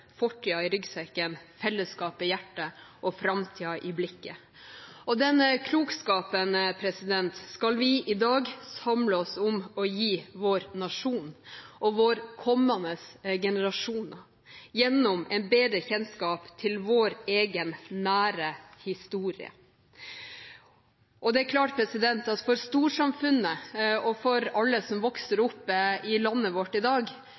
fortiden i ryggsekken, fellesskapet i hjertet og framtiden i blikket. Den klokskapen skal vi i dag samle oss om og gi vår nasjon og våre kommende generasjoner, gjennom en bedre kjennskap til vår egen nære historie. Det er klart at for storsamfunnet og for alle som vokser opp i landet vårt i dag,